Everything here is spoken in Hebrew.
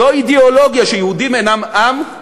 זאת אידיאולוגיה, שהיהודים אינם עם,